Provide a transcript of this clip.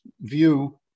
view